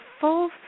full